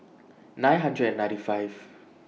nine hundred and ninety five